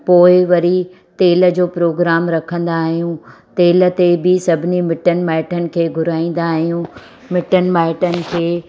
पोइ वरी तेल जो प्रोग्राम रखंदा आहियूं तेल ते बि सभिनी मिटनि माइटनि खे घुराईंदा आहियूं मिटनि माइटनि खे